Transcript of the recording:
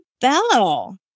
bell